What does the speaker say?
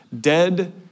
dead